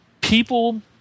People